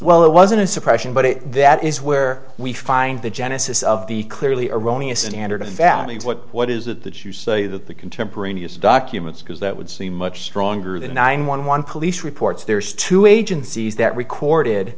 well it wasn't a suppression but that is where we find the genesis of the clearly erroneous and anderton value what what is it that you say that the contemporaneous documents because that would seem much stronger than a nine one one police reports there's two agencies that recorded